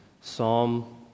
Psalm